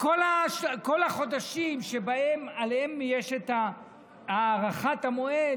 כל החודשים שבהם יש את הארכת המועד,